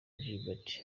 gilbert